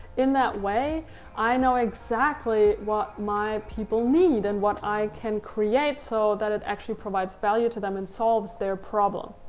in that way i know exactly what my people need and what i can create so that it actually provides value to them and solves their problem.